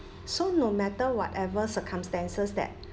so no matter whatever circumstances that